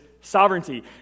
sovereignty